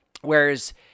whereas